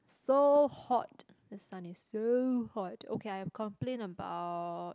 so hot the sun is so hot okay I complain about